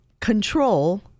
control